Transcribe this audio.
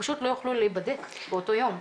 פשוט לא יוכלו להיבדק באותו יום.